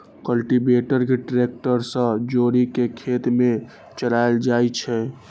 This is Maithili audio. कल्टीवेटर कें ट्रैक्टर सं जोड़ि कें खेत मे चलाएल जाइ छै